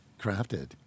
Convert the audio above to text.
crafted